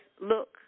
Look